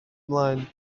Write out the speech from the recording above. ymlaen